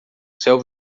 céu